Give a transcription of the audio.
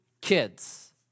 kids